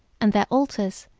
and their altars,